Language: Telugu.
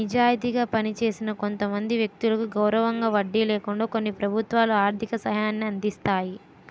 నిజాయితీగా పనిచేసిన కొంతమంది వ్యక్తులకు గౌరవంగా వడ్డీ లేకుండా కొన్ని ప్రభుత్వాలు ఆర్థిక సహాయాన్ని అందిస్తాయి